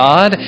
God